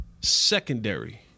secondary